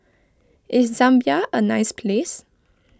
is Zambia a nice place